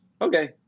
okay